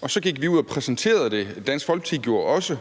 og så gik vi ud og præsenterede det. Det gjorde Dansk